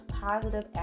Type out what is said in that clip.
positive